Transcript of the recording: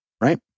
right